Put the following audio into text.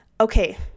okay